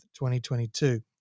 2022